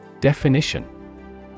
Definition